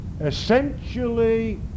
essentially